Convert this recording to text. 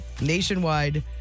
Nationwide